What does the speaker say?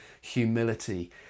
humility